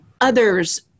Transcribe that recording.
others